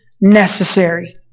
necessary